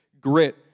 grit